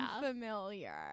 familiar